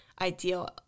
ideal